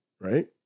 Right